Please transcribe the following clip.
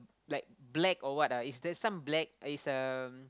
like black or what lah it's there's some black it's uh